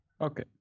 Okay